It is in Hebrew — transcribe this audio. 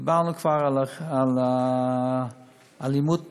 כבר דיברנו על אלימות מילולית.